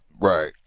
right